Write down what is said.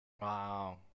Wow